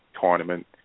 tournament